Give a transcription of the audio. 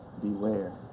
beware.